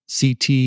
CT